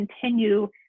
continue